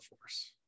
force